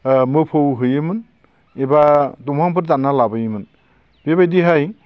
ओ मोफौ होयोमोन एबा दंफांफोर दानना लाबोयोमोन बेबायदिहाय